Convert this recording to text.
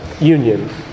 union